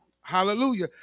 Hallelujah